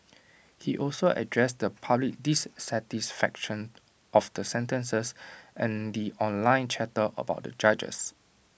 he also addressed the public dissatisfaction of the sentences and the online chatter about the judges